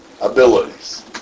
abilities